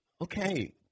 Okay